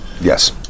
yes